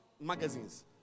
magazines